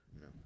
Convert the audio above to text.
No